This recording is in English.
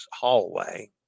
hallway